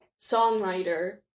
songwriter